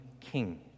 king